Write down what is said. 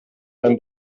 beim